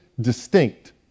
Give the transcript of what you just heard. distinct